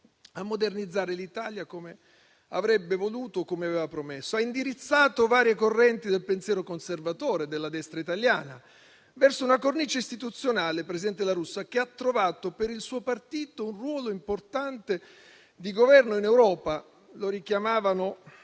a modernizzare l'Italia come avrebbe voluto e come aveva promesso. Ha indirizzato varie correnti del pensiero conservatore della destra italiana verso una cornice istituzionale, presidente La Russa, che ha trovato per il suo partito un ruolo importante di governo in Europa - richiamavano